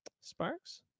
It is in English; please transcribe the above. Sparks